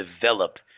develop